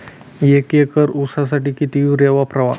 एक एकर ऊसासाठी किती युरिया वापरावा?